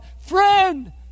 Friend